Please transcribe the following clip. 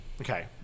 Okay